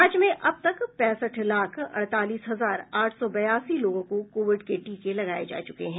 राज्य में अब तक पैंसठ लाख अड़तालीस हजार आठ सौ बयासी लोगों को कोविड के टीके लगाये जा चुके हैं